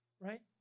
Right